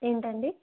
ఏంటండీ